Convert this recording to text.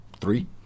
three